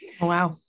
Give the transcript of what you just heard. Wow